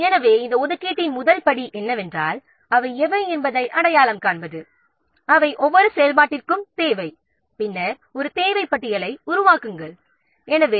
எனவே இந்த ஒதுக்கீட்டின் முதல் படி என்னவென்றால் அவை எவை என்பதை அடையாளம் காண்பது அவை ஒவ்வொரு செயல்பாட்டிற்கும் தேவை பின்னர் ஒரு தேவை பட்டியலை உருவாக்க வேண்டும்